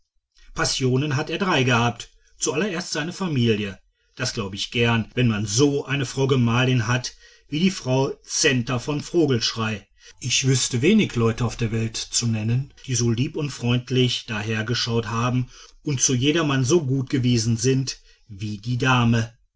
passionen hat er drei gehabt zuallererst seine familie das glaub ich gern wenn man so eine frau gemahlin hat wie die frau centa von vogelschrey ich wüßte wenig leute auf der welt zu nennen die so lieb und freundlich dahergeschaut haben und zu jedermann gut gewesen sind wie die dame